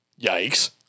Yikes